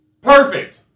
perfect